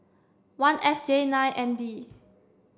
one F J nine N D